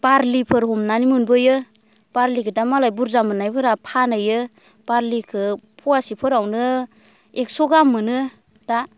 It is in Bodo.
बारलिफोर हमनानै मोनबोयो बारलिखो दा मालाय बुरजा मोननायफोरा फानहैयो बारलिखौ फवासे फोरावनो एक्स' गाहाम मोनो दा